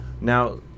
Now